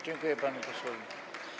Dziękuję panu posłowi.